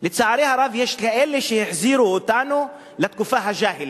לצערי הרב יש כאלה שהחזירו אותנו לתקופה הג'אהילית.